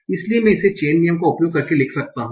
इसलिए मैं इसे चेन नियम का उपयोग करके लिख सकता हूं